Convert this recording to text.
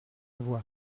voix